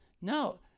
No